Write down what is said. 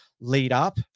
lead-up